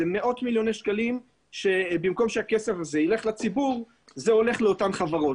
מאות מילוני שקלים שהולכות לאותן חברות.